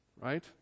Right